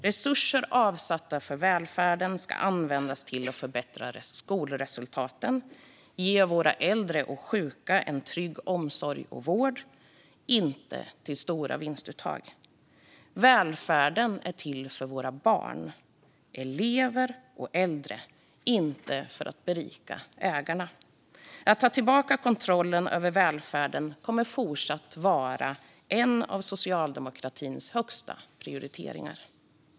Resurser avsatta för välfärden ska användas till att förbättra skolresultaten och ge våra äldre och sjuka en trygg omsorg och vård - inte till stora vinstuttag. Välfärden är till för våra barn, elever och äldre - inte för att berika ägarna. Att ta tillbaka kontrollen över välfärden kommer fortsatt att vara en av socialdemokratins högsta prioriteringar.